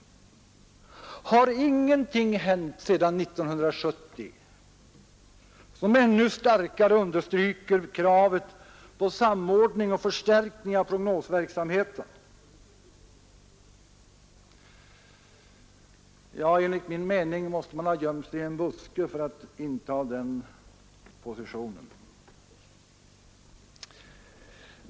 Har ingenting hänt sedan 1970 som ännu starkare understryker kravet på samordning och förstärkning av prognosverksamheten? Enligt min mening måste man ha gömt sig i en buske för att inta den positionen.